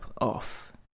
off